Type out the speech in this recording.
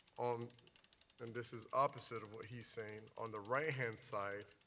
um and this is opposite of what he is saying. on the right-hand side,